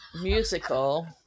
musical